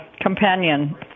companion